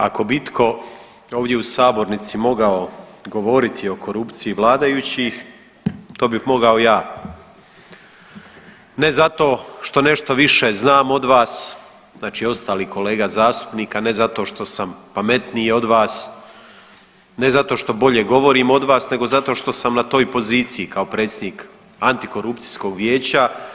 Ako bi itko ovdje u sabornici mogao govori o korupciji vladajući to bi mogao ja, ne zato što nešto više znam od vas, znači ostalih kolega zastupnika, ne zato što sam pametniji od vas, ne zato što bolje govorim od vas nego zato što sam na toj poziciji kao predsjednik Antikorupcijskog vijeća.